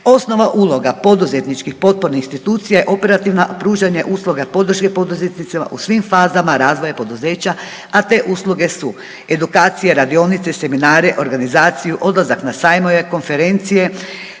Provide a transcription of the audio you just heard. Osnovna uloga poduzetničkih potpornih institucija je operativna, pružanje usluge podrške poduzetnicima u svim fazama razvoja poduzeća, a te usluge su edukacije, radionice, seminare, organizaciju, odlazak na sajmove, konferencije